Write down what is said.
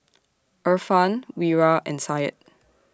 Irfan Wira and Syed